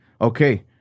Okay